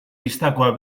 bistakoa